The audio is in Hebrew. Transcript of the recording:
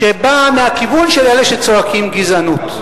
שבאה מהכיוון של אלה שצועקים: "גזענות".